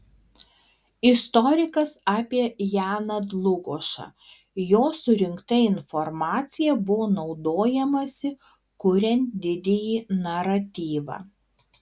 istorikas apie janą dlugošą jo surinkta informacija buvo naudojamasi kuriant didįjį naratyvą